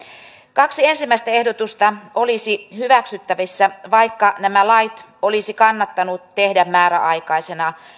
kaksi ensimmäistä ehdotusta olisivat hyväksyttävissä vaikka nämä lait olisi kannattanut tehdä määräaikaisena